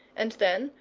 and then,